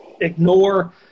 ignore